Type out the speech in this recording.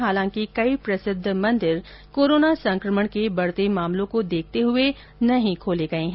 हालांकि कई प्रसिद्ध मंदिर कोरोना संकमण के बढते मामलों को देखते हुए नहीं खोले गए है